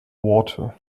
water